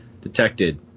detected